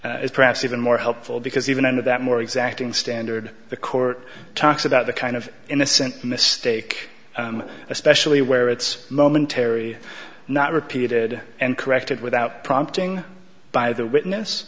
perhaps even more helpful because even under that more exacting standard the court talks about the kind of innocent mistake especially where it's momentary not repeated and corrected without prompting by the witness